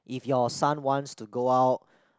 if your son wants to go out